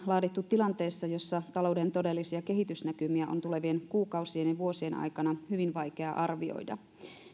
laadittu tilanteessa jossa talouden todellisia kehitysnäkymiä on tulevien kuukausien ja vuosien aikana hyvin vaikea arvioida